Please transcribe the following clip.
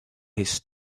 his